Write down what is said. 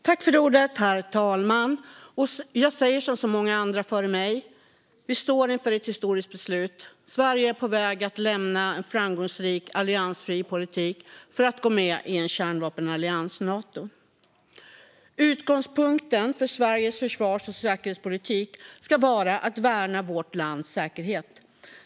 Herr talman! Jag säger som så många andra före mig: Vi står inför ett historiskt beslut. Sverige är på väg att lämna en framgångsrik alliansfri politik för att gå med i en kärnvapenallians, Nato. Utgångspunkten för Sveriges försvars och säkerhetspolitik ska vara att värna vårt lands säkerhet.